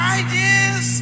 ideas